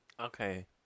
Okay